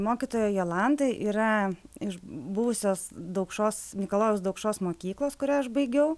mokytoja jolanta yra iš buvusios daukšos mikalojaus daukšos mokyklos kurią aš baigiau